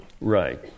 Right